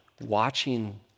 watching